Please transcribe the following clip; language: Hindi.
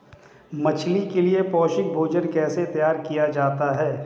मछली के लिए पौष्टिक भोजन कैसे तैयार किया जाता है?